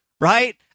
Right